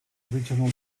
original